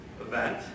event